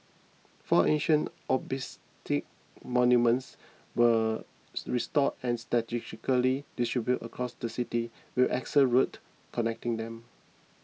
four ancient obelisk monuments were restored and strategically distributed across the city with axial roads connecting them